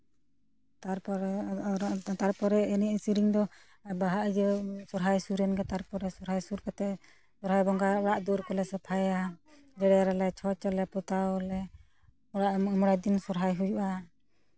ᱛᱟᱨᱯᱚᱨᱮ ᱛᱟᱨᱯᱚᱨᱮ ᱮᱱᱮᱡ ᱥᱮᱨᱮᱧ ᱫᱚ ᱵᱟᱦᱟ ᱤᱭᱟᱹ ᱥᱚᱨᱦᱟᱭ ᱥᱩᱨ ᱮᱱ ᱜᱮ ᱛᱟᱨᱯᱚᱨᱮ ᱥᱚᱦᱨᱟᱭ ᱥᱩᱨ ᱠᱟᱛᱮ ᱥᱚᱨᱦᱟᱭ ᱵᱚᱸᱜᱟ ᱚᱲᱟᱜ ᱫᱩᱣᱟᱹᱨ ᱠᱚᱞᱮ ᱥᱟᱯᱷᱟᱭᱟ ᱡᱮᱨᱮᱲ ᱟᱞᱮ ᱪᱷᱚᱸᱪ ᱟᱞᱮ ᱯᱚᱛᱟᱣ ᱟᱞᱮ ᱚᱲᱟᱜ ᱯᱩᱱ ᱢᱚᱬᱮ ᱫᱤᱱ ᱥᱚᱦᱨᱟᱭ ᱦᱩᱭᱩᱜᱼᱟ